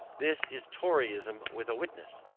this is toryism with a witness!